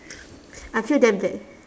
I feel damn bad